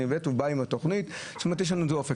והוא בא עם התוכנית, זאת אומרת, יש לנו אופק.